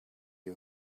you